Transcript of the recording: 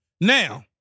Now